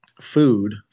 food